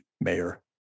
mayor